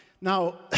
Now